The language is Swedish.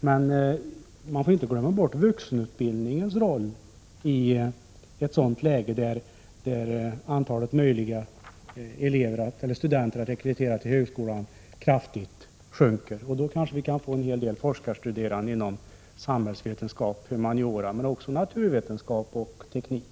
Men man får inte glömma bort vuxenutbildningens roll i ett läge där antalet studenter som kan rekryteras till högskolan kraftigt sjunker. Då kanske vi kan få en hel del forskarstuderande inom samhällsvetenskap och humaniora, men också inom naturvetenskap och teknik.